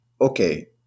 Okay